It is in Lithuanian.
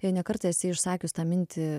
jai ne kartą esi išsakius tą mintį